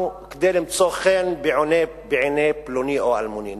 כדי למצוא חן בעיני פלוני או אלמוני,